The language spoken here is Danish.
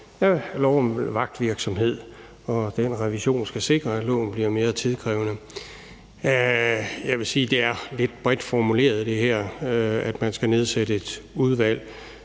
af lov om vagtvirksomhed. Den revision skal sikre, at loven bliver mere tidssvarende. Jeg vil sige, at det er lidt bredt formuleret, at man skal nedsætte et udvalg.